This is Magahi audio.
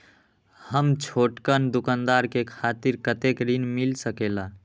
हम छोटकन दुकानदार के खातीर कतेक ऋण मिल सकेला?